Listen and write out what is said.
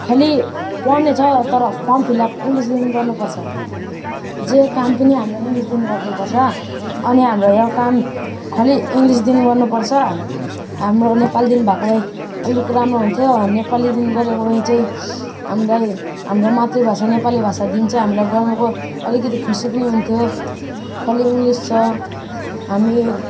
खालि पढ्ने छ तर फर्म फिल अप इङ्ग्लिसदेखि गर्नु पर्छ जे काम पनि हाम्रो इङ्ग्लिसदेखि गर्नु पर्छ अनि हाम्रो यो काम खालि इङ्ग्लिसदेखि गर्नु पर्छ हाम्रो नेपालीदेखि भएको भए अलिक राम्रो हुन्थ्यो नेपालीदेखि गरेको भए चाहिँ हामीलाई हाम्रो मातृभाषा नेपाली भाषादेखि चाहिँ हामीलाई गर्नुको अलिकति खुसी पनि हुन्थ्यो खालि इङ्ग्लिस छ हामी